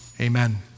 Amen